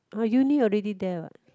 ah uni already there what